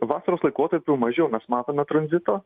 vasaros laikotarpiu mažiau mes matome tranzito